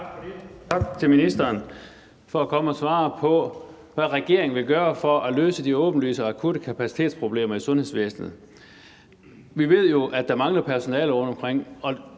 tak til ministeren for at komme og svare på, hvad regeringen vil gøre for at løse de åbenlyse og akutte kapacitetsproblemer i sundhedsvæsenet. Vi ved jo, at der mangler personale rundtomkring,